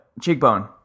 Cheekbone